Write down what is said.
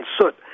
soot